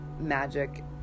magic